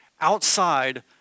outside